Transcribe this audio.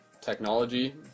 technology